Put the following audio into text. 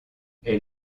elle